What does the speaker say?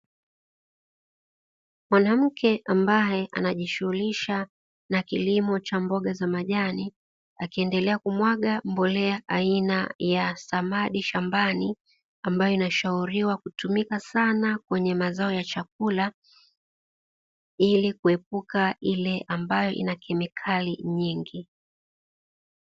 Mwanamke ambaye anajishughulisha na kilimo cha mboga za majani akiendelea kumwaga mbolea aina ya samadi inayoshauriwa kutumika sana kwenye mazao ya chakula ili kuepuka ile ambayo ina kemikali nyingi.